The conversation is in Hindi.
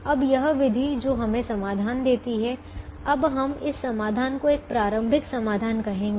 अब यह विधि जो हमें समाधान देती है अब हम इस समाधान को एक प्रारंभिक समाधान कहेंगे